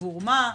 עבור מה,